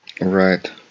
Right